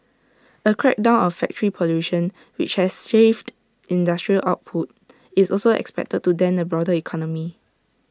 A crackdown on factory pollution which has shaved industrial output is also expected to dent the broader economy